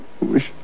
wish